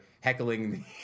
heckling